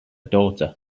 daughter